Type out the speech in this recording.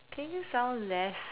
can you sound less